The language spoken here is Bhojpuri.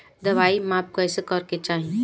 दवाई माप कैसे करेके चाही?